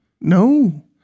No